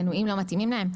המנויים לא מתאימים להם.